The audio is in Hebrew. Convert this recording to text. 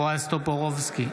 בועז טופורובסקי,